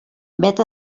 vet